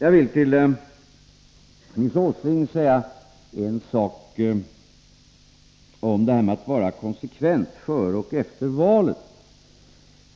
Nils Åsling talade om att vara konsekvent före och efter valet.